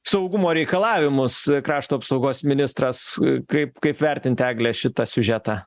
saugumo reikalavimus krašto apsaugos ministras kaip kaip vertinti eglę šitą siužetą